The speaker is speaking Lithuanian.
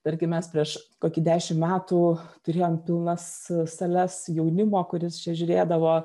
tarkim mes prieš kokį dešim metų turėjom pilnas sales jaunimo kuris čia žiūrėdavo